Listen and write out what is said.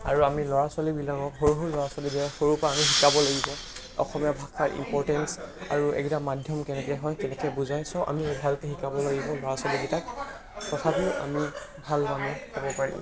আৰু আমি ল'ৰা ছোৱালীবিলাকক সৰু সৰু ল'ৰা ছোৱালীবিলাকক সৰু পা আমি শিকাব লাগিব অসমীয়া ভাষাৰ ইম্পৰ্টেঞ্চ আৰু এইকেইটা মাধ্যম কেনেকৈ হয় কেনেকৈ বুজাই ছ' আমি ভালকৈ শিকাব লাগিব ল'ৰা ছোৱালীকেইটাক তথাপিও আমি ভাল মানুহ হ'ব পাৰিম